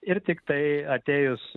ir tiktai atėjus